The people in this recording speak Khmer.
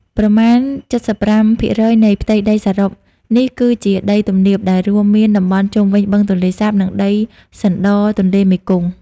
ប្រមាណ ៧៥% នៃផ្ទៃដីសរុបនេះគឺជាដីទំនាប ដែលរួមមានតំបន់ជុំវិញបឹងទន្លេសាប និងដីសណ្ដទន្លេមេគង្គ។